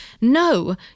no